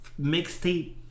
mixtape